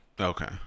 okay